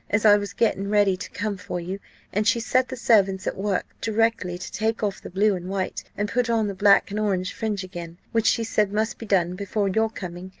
as i was getting ready to come for you and she set the servants at work directly to take off the blue and white, and put on the black and orange fringe again, which she said must be done before your coming.